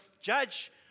judge